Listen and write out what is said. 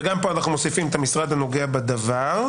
וגם פה אנחנו מוסיפים את המשרד הנוגע בדבר.